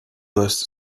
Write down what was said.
list